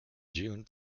june